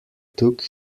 took